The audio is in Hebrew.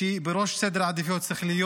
שבראש סדר העדיפויות צריך להיות,